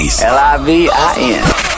L-I-V-I-N